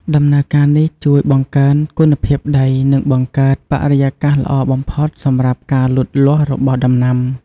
ដំណើរការនេះជួយបង្កើនគុណភាពដី និងបង្កើតបរិយាកាសល្អបំផុតសម្រាប់ការលូតលាស់របស់ដំណាំ។